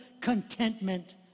contentment